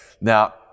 now